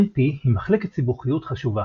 NP היא מחלקת סיבוכיות חשובה,